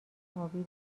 ابی